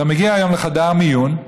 אתה מגיע היום לחדר מיון,